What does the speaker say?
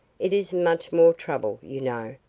it isn't much more trouble, you know,